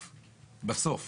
בפסקה (3) בסוף כתוב: